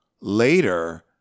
later